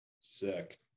Sick